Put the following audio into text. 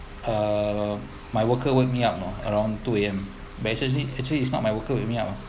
err my worker wake me up oh around two A_M but actually actually it's not my worker wake me up